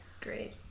great